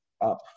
up